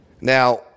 now